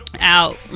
out